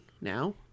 now